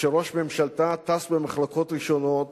שראש ממשלתה טס במחלקות ראשונות